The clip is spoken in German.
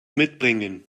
mitbringen